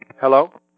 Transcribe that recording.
Hello